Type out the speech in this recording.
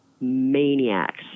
maniacs